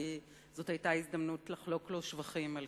כי זאת היתה הזדמנות לחלוק לו שבחים על